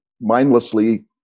mindlessly